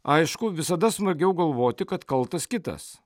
aišku visada smagiau galvoti kad kaltas kitas